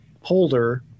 holder